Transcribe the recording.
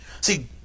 See